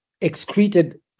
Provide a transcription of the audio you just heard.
excreted